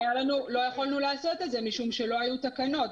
לא יכולנו לעשות את זה כי לא היו תקנות.